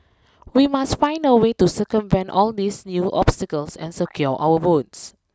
we must find a way to circumvent all these new obstacles and secure our votes